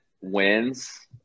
wins